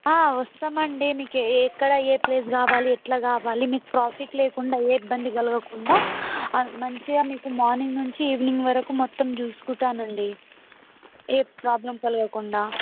వస్తామండి మీకు ఎ ఎక్కడ ఏ ప్లేస్ కావాలి ఎట్లా కావాలి నీకు ట్రాఫిక్ లేకుండా ఏ ఇబ్బంది కలగకుండా మంచిగా మీకు మార్నింగ్ నుంచి ఈవినింగ్ వరకు మొత్తం చూసుకుంటానండి ఏ ప్రాబ్లం కలుగకుండా